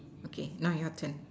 okay now your turn